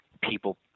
People